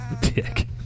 Dick